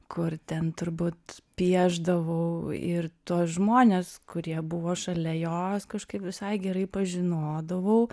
kur ten turbūt piešdavau ir tuos žmones kurie buvo šalia jos kažkaip visai gerai pažinodavau